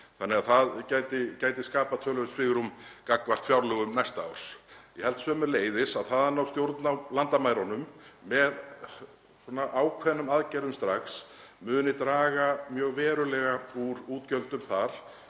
síðan áfram. Það gæti skapað töluvert svigrúm gagnvart fjárlögum næsta árs. Ég held sömuleiðis að það að ná stjórn á landamærunum með ákveðnum aðgerðum strax muni draga mjög verulega úr útgjöldum þar